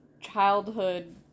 childhood